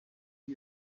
new